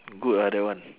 good ah that one